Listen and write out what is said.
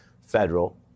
federal